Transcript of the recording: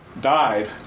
died